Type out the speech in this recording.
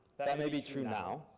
that may be true now,